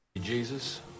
Jesus